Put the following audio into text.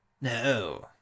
no